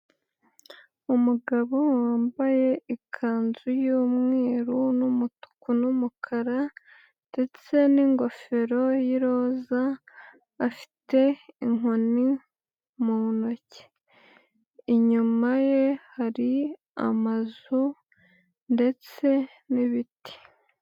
Umugabo wambaye ikanzu y'umweru n'umutuku n'umukara ndetse n'ingofero y'iroza afite inkoni mu ntoki. Inyuma ye hari amazu ndetse n'ibiti.